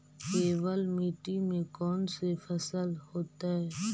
केवल मिट्टी में कौन से फसल होतै?